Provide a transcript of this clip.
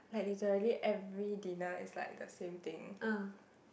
like literally every dinner is like the same thing